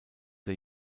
der